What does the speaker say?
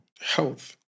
health